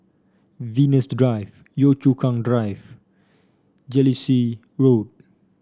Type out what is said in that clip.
Venus Drive Yio Chu Kang Drive Jellicoe Road